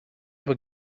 bod